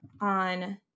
on